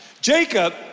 Jacob